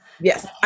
yes